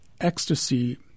ecstasy